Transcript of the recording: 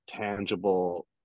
tangible